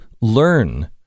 learn